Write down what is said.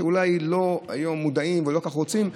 שאולי לא היו מודעים ואולי לא כל כך רוצים,